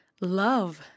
love